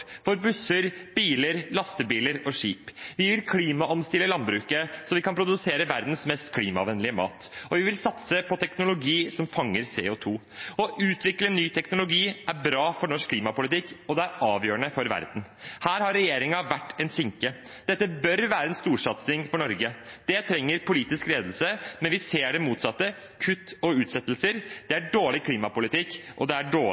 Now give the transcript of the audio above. busser, biler, lastebiler og skip. Vi vil klimaomstille landbruket, slik at vi kan produsere verdens mest klimavennlige mat. Vi vil satse på teknologi som fanger CO 2 . Å utvikle ny teknologi er bra for norsk klimapolitikk, og det er avgjørende for verden. Her har regjeringen vært en sinke. Dette bør være en storsatsing for Norge. Det trenger politisk ledelse, men vi ser det motsatte: kutt og utsettelser. Det er dårlig klimapolitikk, og det er dårlig